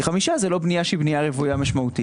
כי חמש היא לא בנייה שהיא בנייה רוויה משמעותית.